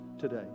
today